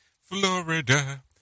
Florida